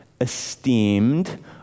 esteemed